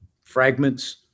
fragments